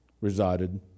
resided